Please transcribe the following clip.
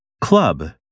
Club